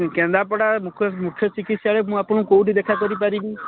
କେନ୍ଦ୍ରାପଡ଼ାର ମୁଖ୍ୟ ମୁଖ୍ୟ ଚିକିତ୍ସାଳୟ ମୁଁ ଆପଣଙ୍କୁ କେଉଁଠି ଦେଖାକରିପାରିବି